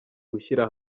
gushyira